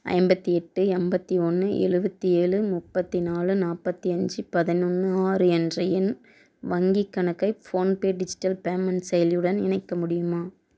ஐம்பத்தி எட்டு எண்பத்தி ஒன்று எழுபத்தி ஏழு முப்பத்தி நாலு நாற்பத்தி அஞ்சு பதினொன்று ஆறு என்ற என் வங்கிக் கணக்கை ஃபோன்பே டிஜிட்டல் பேமெண்ட் செயலியுடன் இணைக்க முடியுமா